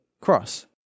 cross